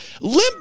Limp